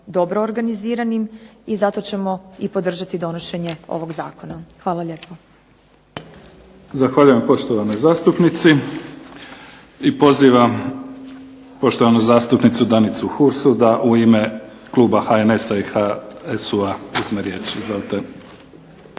dobro organiziranim i zato ćemo i podržati donošenje ovog zakona. Hvala lijepo. **Mimica, Neven (SDP)** Zahvaljujem poštovanoj zastupnici i pozivam poštovanu zastupnicu Danicu Hursu da u ime Kluba HNS-a i HSU-a uzme riječ.